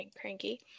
Cranky